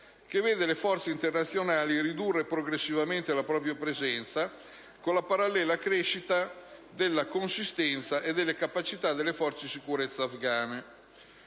che vede le forze internazionali ridurre progressivamente la propria presenza, con la parallela crescita della consistenza e delle capacità delle forze di sicurezza afghane.